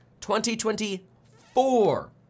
2024